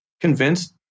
convinced